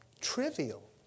trivial